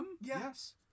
Yes